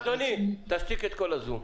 אדוני, תשתיק את כל הזום.